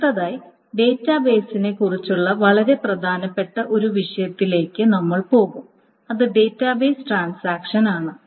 അടുത്തതായി ഡാറ്റാബേസുകളെക്കുറിച്ചുള്ള വളരെ പ്രധാനപ്പെട്ട ഒരു വിഷയത്തിലേക്ക് നമ്മൾ പോകും അത് ഡാറ്റാബേസ് ട്രാൻസാക്ഷൻ ആണ്